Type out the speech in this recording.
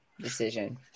decision